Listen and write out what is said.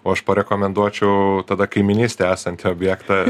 o aš parekomenduočiau tada kaimynystėje esantį objektą